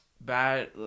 Bad